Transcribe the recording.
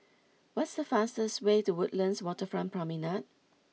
what is the fastest way to Woodlands Waterfront Promenade